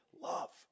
love